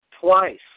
twice